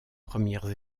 premières